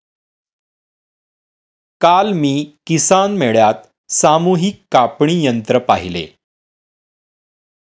काल मी किसान मेळ्यात सामूहिक कापणी यंत्र पाहिले